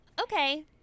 Okay